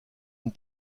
une